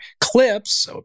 clips